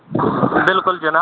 بِلکُل جِناب